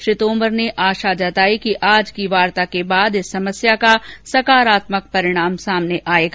श्री तोमर ने आशा व्यक्त की कि आज की वार्ता के बाद इस समस्या का सकारात्मक परिणाम सामने आएगा